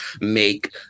make